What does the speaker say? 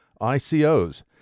ICOs